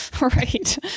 right